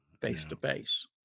face-to-face